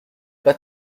pas